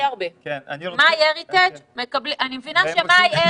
מבינה ש- MyHeritageמקבלים הכי הרבה.